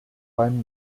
beim